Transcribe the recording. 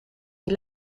die